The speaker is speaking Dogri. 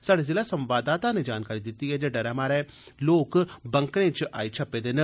स्हाड़े ज़िला संवाददाता नै जानकारी दित्ती ऐ जे डरै मारे लोक बंकरें च आई छप्पे दे न